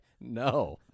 no